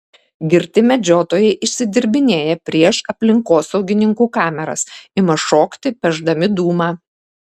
girti medžiotojai išsidirbinėja prieš aplinkosaugininkų kameras ima šokti pešdami dūmą